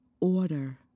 Order